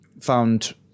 found